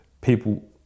people